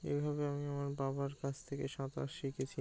এ ভাবে আমি আমার বাবার কাছ থেকে সাঁতার শিখেছি